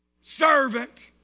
servant